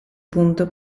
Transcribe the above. punto